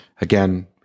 again